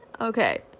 Okay